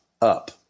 up